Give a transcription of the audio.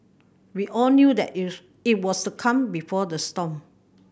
we all knew that it it was the calm before the storm